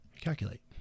calculate